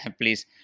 Please